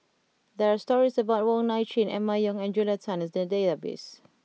there are stories about Wong Nai Chin Emma Yong and Julia Tan in the database